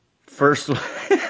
First